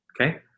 Okay